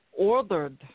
ordered